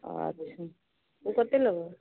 अच्छा ओ कतेक लेबहो